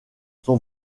son